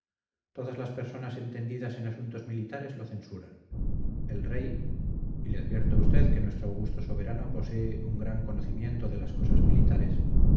todas las personas entendidas en asuntos militares lo censuran el rey y le advierto a usted que nuestro augusto soberano posee un gran conocimiento de las cosas militares